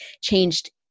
changed